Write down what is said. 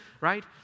right